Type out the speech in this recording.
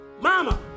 Mama